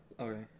Okay